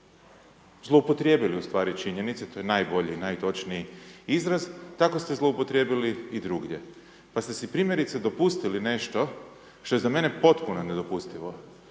zloupotrijebili ustvari činjenice, to je najbolji i najtočniji izraz tako ste zloupotrijebili i drugdje pa ste si primjerice dopustili nešto što je za mene potpuno nedopustivo